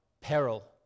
peril